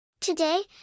Today